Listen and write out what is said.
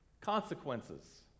consequences